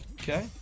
okay